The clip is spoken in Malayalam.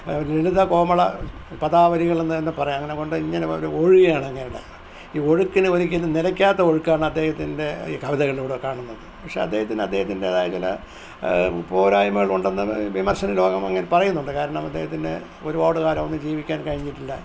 ലളിത കോമള പദാവലികളെന്ന് തന്നെ പറയാം അങ്ങനെകൊണ്ട് ഇങ്ങനെ ഒഴുക്കാണ് അങ്ങേരുടെ ഈ ഒഴുക്കിനെ ഒരിക്കലും നിലയ്ക്കാത്ത ഒഴുക്കാണ് അദ്ദേഹത്തിൻ്റെ ഈ കവിതകളിലൂടെ കാണുന്നത് പക്ഷേ അദ്ദേഹത്തിന് അദ്ദേഹത്തിൻറ്റേതായ ചില പോരായ്മകളുണ്ടെന്ന് വിമർശന ലോകമങ്ങ് പറയുന്നുണ്ട് കാരണം അദ്ദേഹത്തിന് ഒരുപാട് കാലം ഒന്നും ജീവിക്കാൻ കഴിഞ്ഞിട്ടില്ല